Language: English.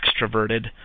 extroverted